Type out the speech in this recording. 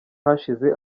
hashize